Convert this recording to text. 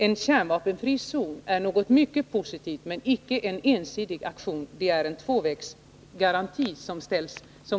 En kärnvapenfri zon är något mycket positivt som ett steg mot ett kärnvapenfritt Europa, men den bygger icke på en ensidig aktion.